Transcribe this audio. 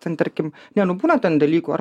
ten tarkim ne nu būna ten dalykų ar